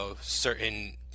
certain